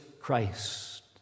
Christ